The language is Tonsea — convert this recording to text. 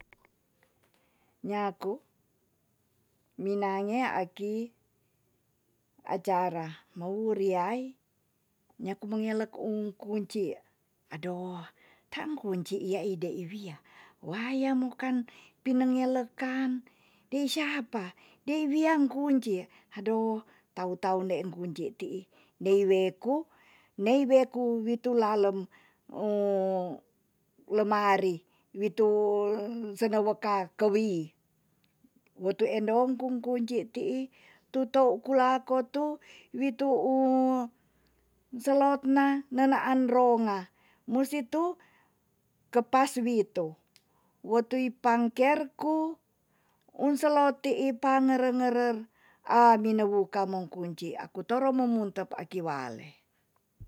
Nyaku minange aki acara. mo wuri yai nyaku mengelek um kunci. ado tan kunci iya ide i wia waye mokan pine ngelekan dei siapa dei wian kunci ado tau tau ende en kunci ti'i. dei weku nei weku witu lalem lemari witu segel woka kewi. wetu endon kun- kunci ti'i tu tou ku lako wi tu selek na ne naan ronga. musi tu kepas witu. wo tiu pangker ku un selot ti'i panerer panerer a mine wuka mong kunci. aku toro mo munter aki wale.